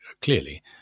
clearly